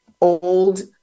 old